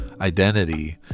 identity